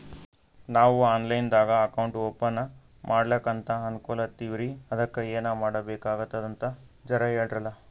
ನಾವು online ದಾಗ account open ಮಾಡ್ಲಕಂತ ಅನ್ಕೋಲತ್ತೀವ್ರಿ ಅದಕ್ಕ ಏನ ಮಾಡಬಕಾತದಂತ ಜರ ಹೇಳ್ರಲ?